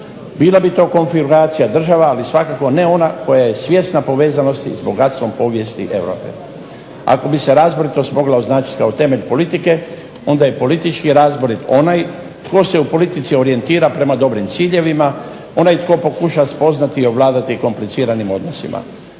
Bila bi to konfirmacija država ali svakako ne ona koja je svjesna povezanosti s bogatstvom povijesti Europe. Ako bi se razboritost mogla označiti kao temelj politike, onda je u politici razborit onaj koji se u politici orijentira prema dobrim ciljevima, onaj tko pokuša spoznati, ovladati kompliciranim odnosima.